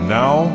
now